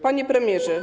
Panie Premierze!